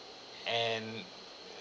and uh